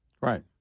right